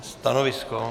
Stanovisko?